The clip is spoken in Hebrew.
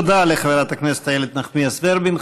תודה לחברת הכנסת איילת נחמיאס ורבין.